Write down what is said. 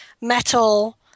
metal